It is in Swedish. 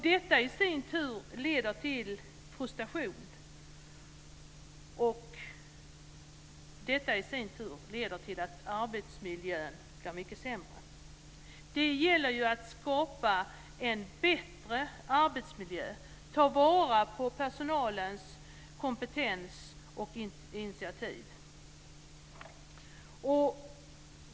Detta i sin tur leder till frustration och i sin tur till att arbetsmiljön blir sämre. Det gäller att skapa en bättre arbetsmiljö, att ta vara på personalens kompetens och initiativförmåga.